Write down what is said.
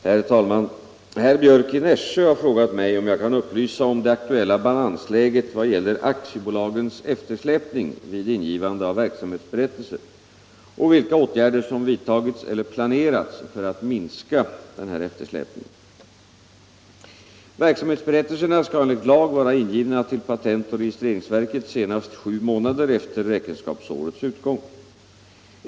Herr talman! Herr Björck i Nässjö har frågat mig om jag kan upplysa om det aktuella balansläget i vad gäller aktiebolågens eftersläpning vid ingivande av verksamhetsberättelser och vilka åtgärder som vidtagits eller planerats för att minska denna eftersläpning. Verksamhetsberättelserna skall enligt lag vara ingivna till patentoch registreringsverket senast sju månader efter räkenskapsårets utgång.